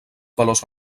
valors